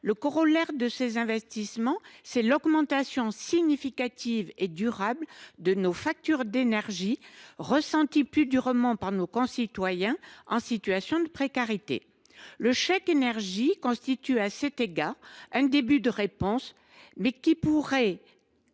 Le corollaire de ces investissements, c’est l’augmentation significative et durable de nos factures d’énergie, ressentie plus durement encore par nos concitoyens en situation de précarité. Le chèque énergie constitue, à cet égard, un début de réponse, mais ce dispositif